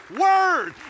word